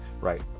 right